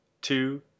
two